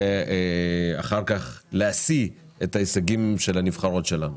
ואחר כך להשיא את ההישגים של הנבחרות שלנו.